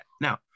Now